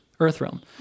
Earthrealm